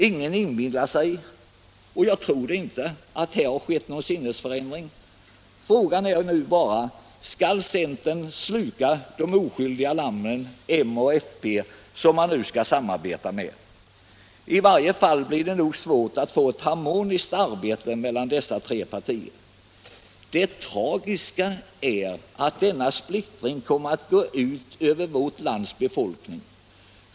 Ingen inbillar sig — inte heller jag — att här har skett någon sinnesförändring. Frågan är bara: Skall centern sluka de oskyldiga lammen m och fp, som man nu skall samarbeta med? I varje fall blir det nog svårt att få ett harmoniskt samarbete mellan dessa tre partier. Det tragiska är att denna splittring kommer att gå ut över vårt lands befolkning.